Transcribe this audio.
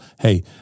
hey